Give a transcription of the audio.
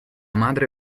madre